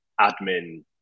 admin